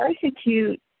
persecute